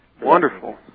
Wonderful